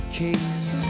case